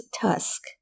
Tusk